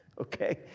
okay